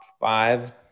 five